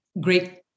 great